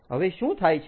હવે શું થાય છે